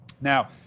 Now